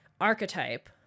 Archetype